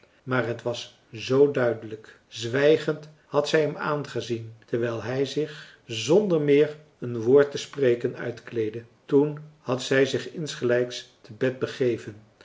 maar het was z duidelijk zwijgend had zij hem aangezien terwijl hij zich zonder meer een woord te spreken uitkleedde toen had zij zich insgelijks te bed begeven